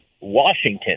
Washington